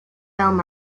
film